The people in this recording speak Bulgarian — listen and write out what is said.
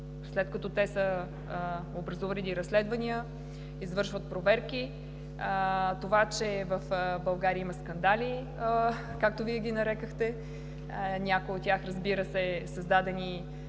след като те са образували разследвания, извършват проверки. Това, че в България има скандали, както Вие ги нарекохте, някой от тях, разбира се, създадени